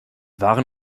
waren